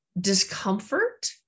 discomfort